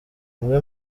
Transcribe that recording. umwe